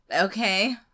Okay